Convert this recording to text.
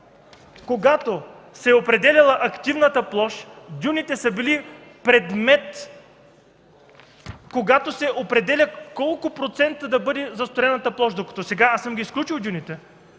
когато се е определяла активната площ, дюните са били предмет, когато се определя колко процента да бъде застроената площ, докато сега аз съм изключил дюните.